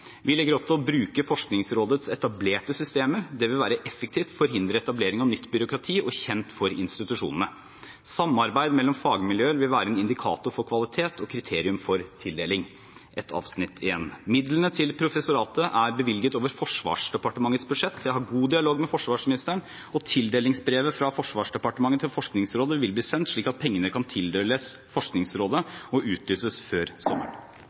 Vi legger opp til å bruke Forskningsrådets etablerte systemer. Det vil være effektivt, vil forhindre etablering av nytt byråkrati og være kjent for institusjonene. Samarbeid mellom fagmiljøer vil være en indikator for kvalitet og kriterium for tildeling. Midlene til professoratet er bevilget over Forsvarsdepartementets budsjett. Jeg har god dialog med forsvarsministeren, og tildelingsbrevet fra Forsvarsdepartementet til Forskningsrådet vil bli sendt slik at pengene kan tildeles Forskingsrådet og utlyses før sommeren.